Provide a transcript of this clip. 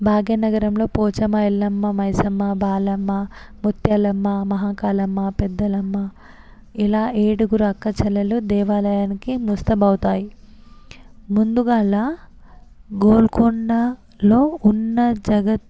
భాగ్యనగరంలో పోచమ్మ ఎల్లమ్మ మైసమ్మ బాలమ్మ ముత్యాలమ్మ మహాకాలమ్మ పెద్దలమ్మ ఇలా ఏడగురు అక్క చెల్లెలు దేవాలయానికి ముస్తాబవుతాయి ముందుగా అలా గోల్కొండలో ఉన్న జగ